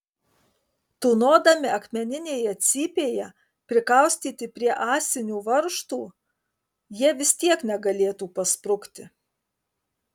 tūnodami akmeninėje cypėje prikaustyti prie ąsinių varžtų jie vis tiek negalėtų pasprukti